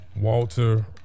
Walter